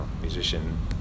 musician